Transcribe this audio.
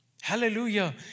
Hallelujah